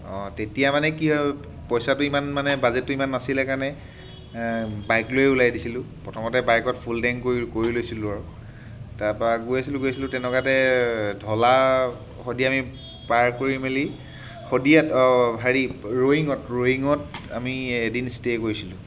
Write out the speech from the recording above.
অঁ তেতিয়া মানে কি হয় পইচাটো ইমান মানে বাজেতটো ইমান নাছিলে কাৰণে বাইক লৈয়ে ওলাই দিছিলোঁ প্ৰথমতে বাইকত ফুল টেংক কৰি কৰি লৈছিলোঁ আৰু তাপা গৈ আছিলোঁ গৈ আছিলোঁ তেনেকুৱাতে ঢলা শদিয়া আমি পাৰ কৰি মেলি শদিয়াত হেৰি ৰ'য়িঙত ৰ'য়িঙত আমি এদিন ষ্টে' কৰিছিলোঁ